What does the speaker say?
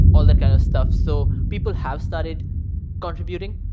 all that kind of stuff. so people have started contributing.